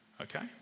okay